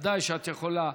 ודאי שאת יכולה.